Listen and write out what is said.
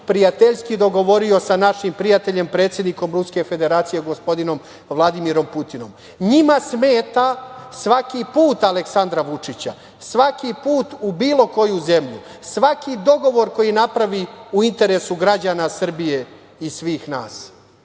prijateljski dogovorio sa našim prijateljom predsednikom Ruske Federacije, gospodinom Vladimirom Putinom. Njima smeta svaki puta Aleksandar Vučić, svaki put u bilo koju zemlju, svaki dogovor koji napravi u interesu građana Srbije i svih nas.